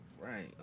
right